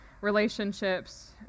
relationships